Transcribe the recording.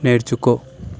నేర్చుకో